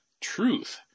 Truth